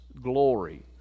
glory